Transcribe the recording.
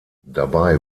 dabei